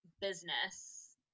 business